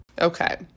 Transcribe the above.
Okay